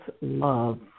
love